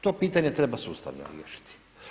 To pitanje treba sustavno riješiti.